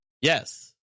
yes